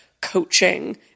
coaching